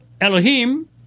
Elohim